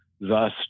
thus